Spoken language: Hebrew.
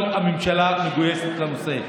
כל הממשלה מגויסת לנושא.